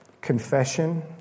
Confession